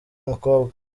mukobwa